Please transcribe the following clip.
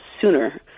sooner